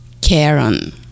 karen